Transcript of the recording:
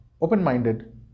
open-minded